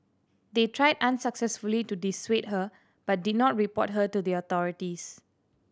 they tried unsuccessfully to dissuade her but did not report her to the authorities